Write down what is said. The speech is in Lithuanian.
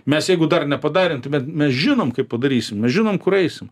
mes jeigu dar nepadarėm tai me mes žinom kaip padarysim mes žinom kur eisim